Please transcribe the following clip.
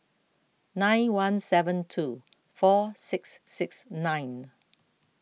nine one seven two four six six nine